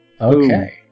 Okay